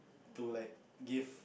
to like give